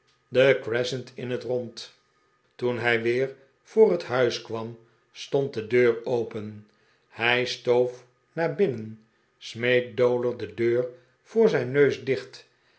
de crescent in het rond toen hij weer voor het huis kwam stond de deur open hij stoof naar binnen smeet dowler de deur voor den neu's dicht